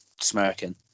smirking